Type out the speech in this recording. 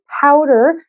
powder